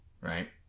right